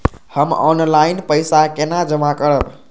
हम ऑनलाइन पैसा केना जमा करब?